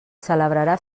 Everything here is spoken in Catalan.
celebrarà